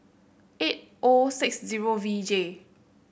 eight O six zero V J